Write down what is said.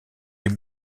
des